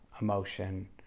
emotion